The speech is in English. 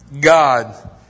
God